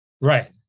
Right